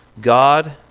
god